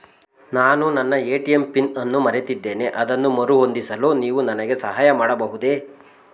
ನಾನು ನನ್ನ ATM PIN ಅನ್ನು ಮರೆತಿದ್ದೇನೆ ಅದನ್ನು ಮರುಹೊಂದಿಸಲು ನೀವು ನನಗೆ ಸಹಾಯ ಮಾಡಬಹುದೇ?